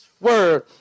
word